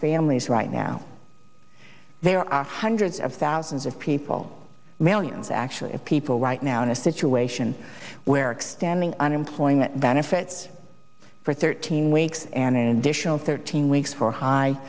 families right now there are hundreds of thousands of people millions actually people right now in a situation where extending unemployment benefits for thirteen weeks an additional thirteen weeks for high